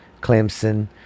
Clemson